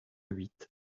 huit